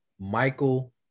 Michael